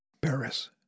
Paris